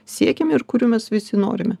siekiame ir kurių mes visi norime